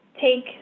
Take